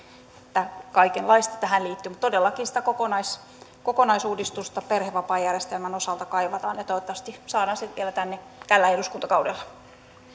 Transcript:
että kaikenlaista tähän liittyy mutta todellakin sitä kokonaisuudistusta perhevapaajärjestelmän osalta kaivataan ja toivottavasti saadaan se tänne vielä tällä eduskuntakaudella